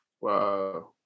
Wow